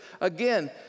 again